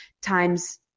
times